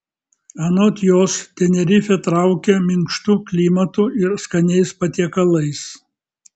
anot jos tenerifė traukia minkštu klimatu ir skaniais patiekalais